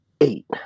eight